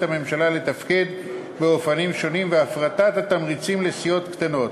הממשלה לתפקד באופנים שונים והפחתת התמריצים לסיעות קטנות.